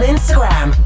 Instagram